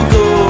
go